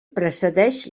precedeix